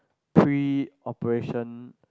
pre operation